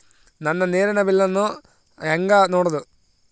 ನನ್ನ ನೇರಿನ ಬಿಲ್ಲನ್ನು ಹೆಂಗ ನೋಡದು?